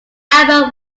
album